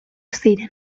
ziren